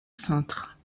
cintre